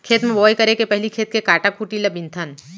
खेत म बोंवई करे के पहिली खेत के कांटा खूंटी ल बिनथन